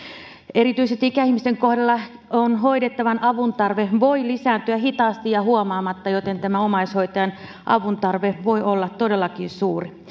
erityisesti ikäihmisten kohdalla hoidettavan avuntarve voi lisääntyä hitaasti ja huomaamatta joten omaishoitajan avuntarve voi olla todellakin suuri